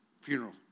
funeral